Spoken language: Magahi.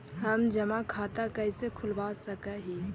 हम जमा खाता कैसे खुलवा सक ही?